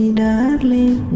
darling